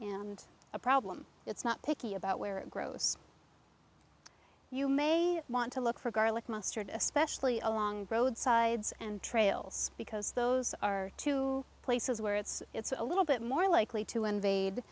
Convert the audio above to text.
and a problem it's not picky about where it grows you may want to look for garlic mustard especially along roadsides and trails because those are two places where it's a little bit more likely to invade